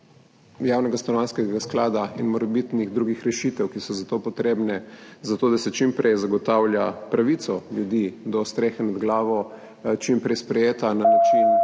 Javnega stanovanjskega sklada in morebitnih drugih rešitev, ki so za to potrebne zato, da se čim prej zagotavlja pravico ljudi do strehe nad glavo, čim prej sprejeta na način,